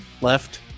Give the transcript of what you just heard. left